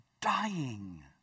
dying